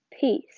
peace